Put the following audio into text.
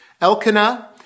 Elkanah